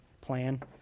plan